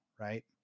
right